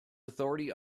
authority